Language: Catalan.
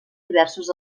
diversos